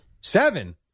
Seven